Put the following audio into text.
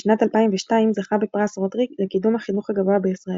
בשנת 2002 זכה בפרס רוטרי לקידום החינוך הגבוה בישראל.